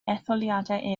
etholiadau